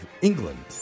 England